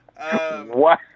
Wow